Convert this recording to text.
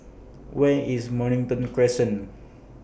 Where IS Mornington Crescent